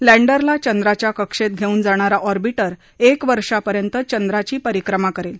lander ला चंद्राच्या कक्षेत घेऊन जाणारा ऑर्बिंटर एक वर्ष पर्यंत चंद्राची परिक्रमा करेल